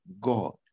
God